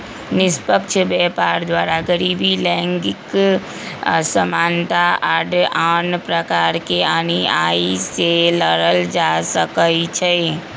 निष्पक्ष व्यापार द्वारा गरीबी, लैंगिक असमानता आऽ आन प्रकार के अनिआइ से लड़ल जा सकइ छै